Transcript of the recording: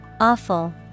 Awful